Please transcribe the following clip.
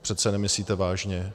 To přece nemyslíte vážně.